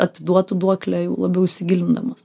atiduotų duoklę jau labiau įsigilindamas